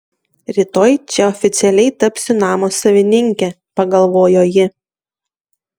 rytoj čia oficialiai tapsiu namo savininke pagalvojo ji